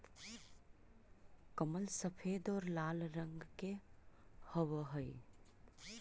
कमल सफेद और लाल रंग के हवअ हई